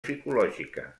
psicològica